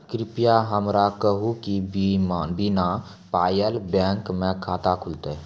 कृपया हमरा कहू कि बिना पायक बैंक मे खाता खुलतै?